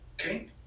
Okay